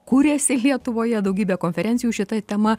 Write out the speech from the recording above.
kuriasi lietuvoje daugybė konferencijų šita tema